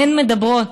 הן מדברות,